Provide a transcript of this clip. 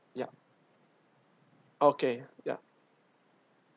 ya okay ya